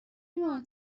ایمان